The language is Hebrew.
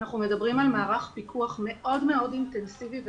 אנחנו מדברים על מערך פיקוח מאוד אינטנסיבי וסדור.